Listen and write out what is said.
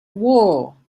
war